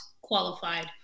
qualified